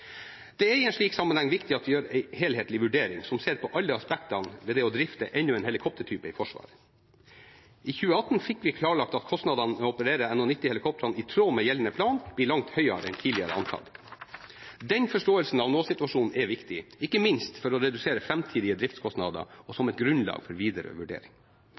Det er i en slik sammenheng viktig at vi gjør en helhetlig vurdering som ser på alle aspekter ved det å drifte enda en helikoptertype i Forsvaret. I 2018 fikk vi klarlagt at kostnadene med å operere NH90-helikoptrene, i tråd med gjeldende plan, blir langt høyere enn tidligere antatt. Den forståelsen av nå-situasjonen er viktig, ikke minst for å redusere framtidige driftskostnader og som et grunnlag for videre